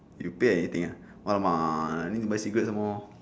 you pay anything ah !alamak! need to buy cigarette some more